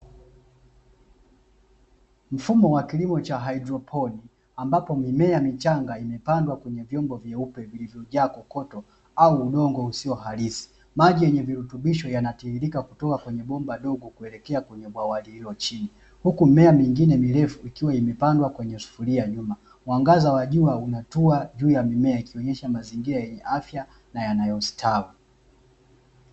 Mfumo wa kilimo cha haidroponi, ambapo mimea michanga imepandwa kwenye vyombo vyuepe vilivyojaa kokoto au udongo usiyo halisi. Maji yenye virutubisho yanatiririka kutoka kwenye bomba dogo kuelekea kwenye bwawa lililochini, huku mimea mingine mirefu ikiwa imepandwa kwenye sufuria nyuma. Mwangaza wa jua unatua juu ya mimea ikionyesha mazingira yenye afya na yanayostawi.